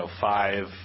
five